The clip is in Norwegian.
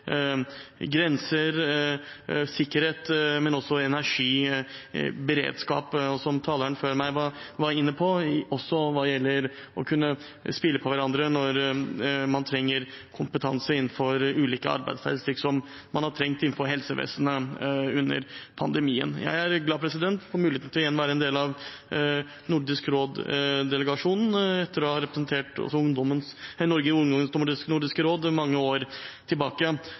grenser, sikkerhet, energi, beredskap og – som taleren før meg var inne på – også å kunne spille på hverandre når man trenger kompetanse innenfor ulike arbeidsfelt, slik man har trengt innenfor helsevesenet under pandemien. Jeg er glad for muligheten til igjen å være en del av Nordisk råd-delegasjonen etter å ha representert Norge i Ungdommens nordiske råd for mange år